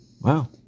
Wow